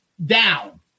Down